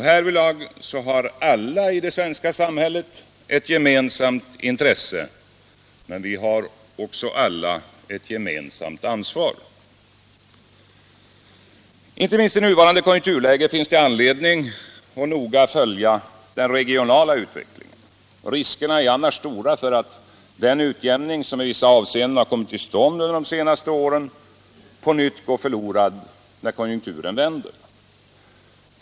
Härvidlag har alla i det svenska samhället ett gemensamt intresse, men vi har också alla ett gemensamt ansvar. Inte minst i nuvarande konjunkturläge finns det anledning att noga följa den regionala utvecklingen. Riskerna är annars stora för att den utjämning som i vissa avseenden har kommit till stånd de senaste åren på nytt går förlorad när konjunkturen vänder.